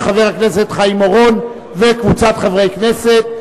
של חבר הכנסת חיים אורון וקבוצת חברי הכנסת.